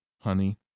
honey